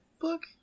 book